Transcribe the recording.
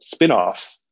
spinoffs